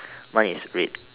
mine is red